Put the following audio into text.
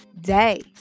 day